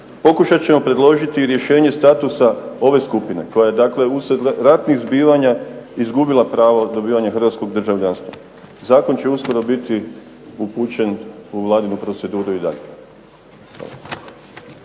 pokušat ćemo predložiti i rješenje statusa ove skupine koje je dakle usred ratnih zbivanja izgubila pravo dobivanja hrvatskog državljanstva. Zakon će uskoro biti upućen u Vladinu proceduru i dalje.